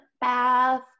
bath